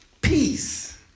peace